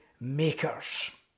makers